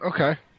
okay